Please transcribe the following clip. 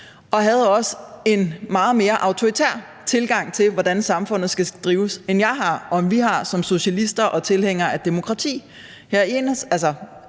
og havde en meget mere autoritær tilgang til, hvordan samfundet skal drives, end jeg har og vi har som socialister og tilhængere af demokrati.